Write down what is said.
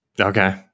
Okay